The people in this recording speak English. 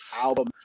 album